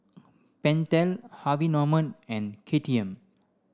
Pentel Harvey Norman and K T M